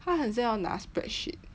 他很小那:ta hen xioa na spreadsheet